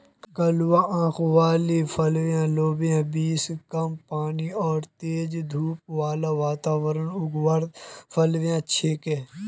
कलवा आंख वाली फलियाँ लोबिया बींस कम पानी आर तेज धूप बाला वातावरणत उगवार फलियां छिके